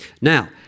Now